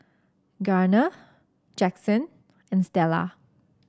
Garner Jackson and Stella